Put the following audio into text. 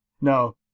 No